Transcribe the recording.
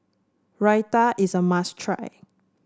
Raita is a must try